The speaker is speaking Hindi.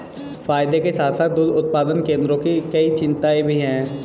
फायदे के साथ साथ दुग्ध उत्पादन केंद्रों की कई चिंताएं भी हैं